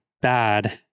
bad